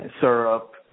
syrup